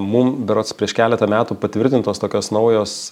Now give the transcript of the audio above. mum berods prieš keletą metų patvirtintos tokios naujos